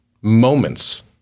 moments